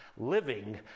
living